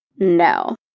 No